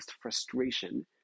frustration